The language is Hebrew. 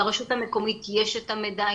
לרשות המקומית יש את המידע.